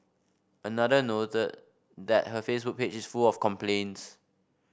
another noted that her Facebook page is full of complaints